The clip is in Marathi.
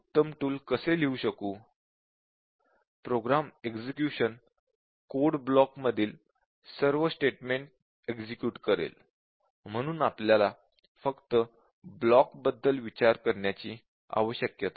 प्रोग्राम एक्सक्यूशन कोड ब्लॉक मधील सर्व स्टेटमेंट एक्झिक्युट करेल म्हणून आपल्याला फक्त ब्लॉक बद्दल विचार करण्याची आवश्यकता आहे